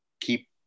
keep